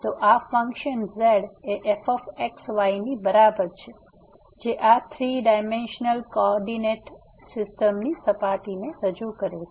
તો આ function z એ f x y ની બરાબર છે જે આ 3 ડાઈમેન્સનલ કોઓર્ડિનેટ સીસ્ટમની સપાટીને રજૂ કરે છે